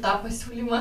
tą pasiūlymą